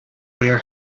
bear